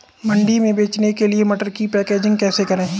मंडी में बेचने के लिए मटर की पैकेजिंग कैसे करें?